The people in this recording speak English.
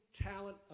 talent